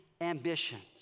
ambitions